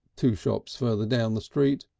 two shops further down the street,